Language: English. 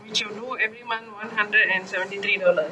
which you do every month one hundred and seventy three dollar